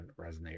resonate